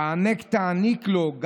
"העניק תעניק לו".